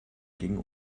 gegen